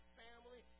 family